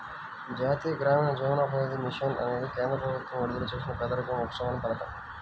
జాతీయ గ్రామీణ జీవనోపాధి మిషన్ అనేది కేంద్ర ప్రభుత్వం విడుదల చేసిన పేదరిక ఉపశమన పథకం